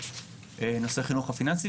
נושא חינוך פיננסי,